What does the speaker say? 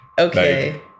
Okay